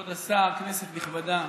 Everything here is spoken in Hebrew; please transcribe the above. כבוד השר, כנסת נכבדה,